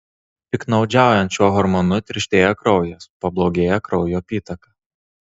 piktnaudžiaujant šiuo hormonu tirštėja kraujas pablogėja kraujo apytaka